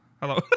Hello